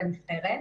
בנבחרת.